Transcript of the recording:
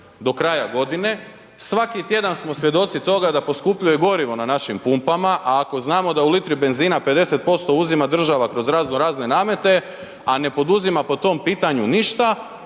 do kraja godine, svaki tjedan smo svjedoci toga da poskupljuje gorivo na našim pumpama, a ako znamo da u litri benzina 50% uzima država kroz razno razne namete, a ne poduzima po tom pitanju ništa,